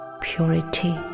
purity